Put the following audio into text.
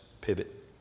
pivot